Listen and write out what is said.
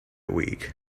week